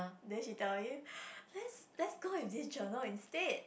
then she tell me let's let's go with this journal instead